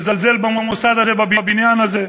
מזלזל במוסד הזה, בבניין הזה,